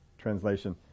translation